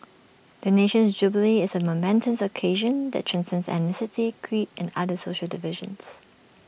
the nation's jubilee is A momentous occasion that transcends ethnicity creed and other social divisions